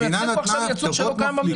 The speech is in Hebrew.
אבל המדינה נתנה הטבות מפליגות.